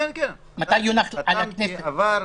חתמתי, עבר.